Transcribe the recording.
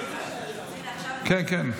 כן, כן.